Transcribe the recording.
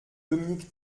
dominique